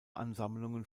ansammlungen